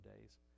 days